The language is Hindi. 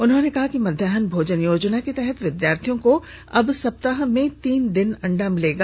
उन्होंने कहा कि मध्याह भोजन योजना के तहत विद्यार्थियों को अब सप्ताह में तीन दिन अंडा मिलेगा